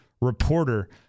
reporter